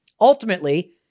Ultimately